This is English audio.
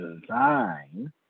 design